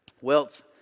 Wealth